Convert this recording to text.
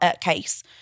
case